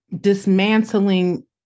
dismantling